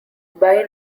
buy